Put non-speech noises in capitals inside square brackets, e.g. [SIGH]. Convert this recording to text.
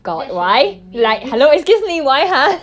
that should be me [LAUGHS]